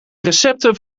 recepten